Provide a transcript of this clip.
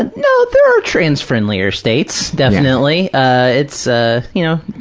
and no, there are trans-friendlier states, definitely. ah it's, ah you know,